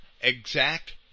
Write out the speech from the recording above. exact